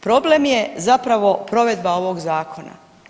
Problem je zapravo provedba ovog zakona.